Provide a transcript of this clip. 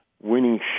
winning